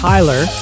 Tyler